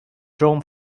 drawn